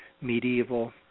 medieval